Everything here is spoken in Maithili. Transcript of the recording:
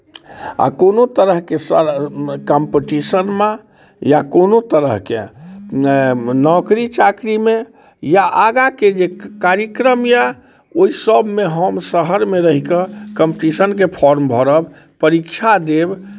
आ कोनो तरहके कम्पिटिशनमे या कोनो तरहके नौकरी चाकरीमे या आगाँके जे कार्यक्रम यए ओहि सभमे हम शहरमे रहि कऽ कम्पिटिशनके फॉर्म भरब परीक्षा देब